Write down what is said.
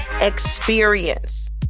experience